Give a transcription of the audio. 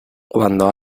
cuando